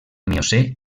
miocè